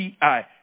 PI